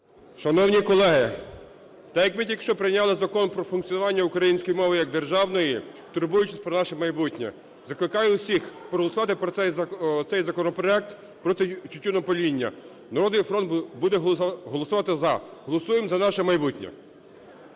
Шановні колеги, так, як ми тільки що прийняли Закон про функціонування української мови як державної, турбуючись про наше майбутнє, закликаю всіх проголосувати оцей законопроект проти тютюнопаління. "Народний фронт" буде голосувати "за". Голосуємо за наше майбутнє.